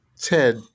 Ted